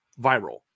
viral